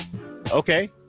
Okay